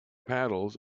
paddles